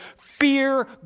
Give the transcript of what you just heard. Fear